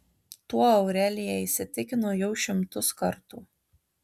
tuo aurelija įsitikino jau šimtus kartų